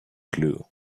glue